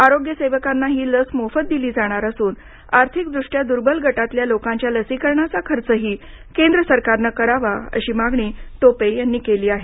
आरोग्य सेवकांना ही लस मोफत दिली जाणार असून आर्थिकदृष्ट्या दुर्बल गटातल्या लोकांच्या लसीकरणाचा खर्चही केंद्र सरकारन करावा अशी मागणी टोपे यांनी केली आहे